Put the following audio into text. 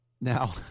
Now